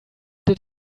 did